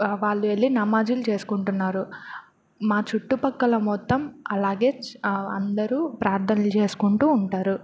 వాళ్ళు వెళ్లి నమాజ్లు చేసుకుంటున్నారు మా చుట్టుపక్కల మొత్తం అలాగే అందరు ప్రార్థనలు చేసుకుంటు ఉంటారు